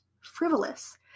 frivolous